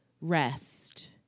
rest